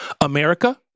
America